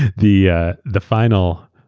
the ah the final